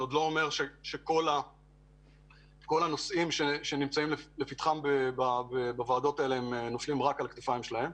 זה עוד לא אומר שכל הנושאים שנמצאים לפתחם נופלים רק על הכתפיים שלהם.